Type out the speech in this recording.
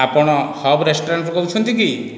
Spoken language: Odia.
ଆପଣ ହବ୍ ରେଷ୍ଟୁରାଣ୍ଟରୁ କହୁଛନ୍ତି କି